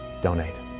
donate